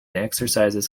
exercises